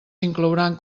inclouran